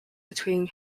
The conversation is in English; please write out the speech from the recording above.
between